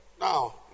Now